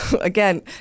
again